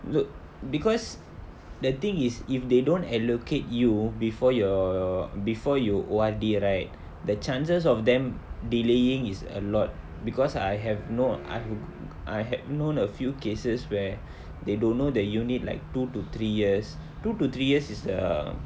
look because the thing is if they don't allocate you before your your before you O_R_D right the chances of them delaying is a lot because I have no id~ I had known a few cases where they don't know the unit like two to three years two to three years is err